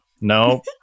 no